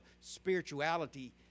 spirituality